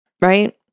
Right